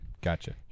Gotcha